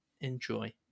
enjoy